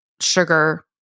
sugar